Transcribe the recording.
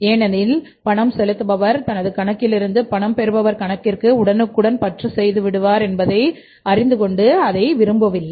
ஏனெனில்பணம் செலுத்துபவர் தனதுகணக்கிலிருந்து பணம் பெறுபவர் கணக்கிற்கு உடனுக்குடன் பற்று செய்து விடுவர் என்பதை அறிந்து கொண்டு அதை விரும்புவதில்லை